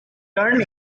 turn